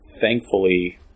Thankfully